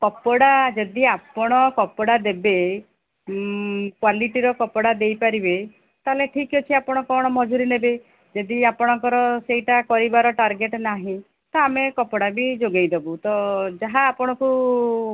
କପଡ଼ା ଯଦି ଆପଣ କପଡ଼ା ଦେବେ କ୍ୱାଲିଟିର କପଡ଼ା ଦେଇ ପାରିବେ ତା'ହେଲେ ଠିକ୍ ଅଛି ଆପଣ କ'ଣ ମଜୁରୀ ନେବେ ଯଦି ଆପଣଙ୍କର ସେଇଟା କରିବାର ଟାର୍ଗେଟ୍ ନାହିଁ ତ ଆମେ କପଡ଼ା ବି ଯୋଗାଇ ଦେବୁ ତ ଯାହା ଆପଣଙ୍କୁ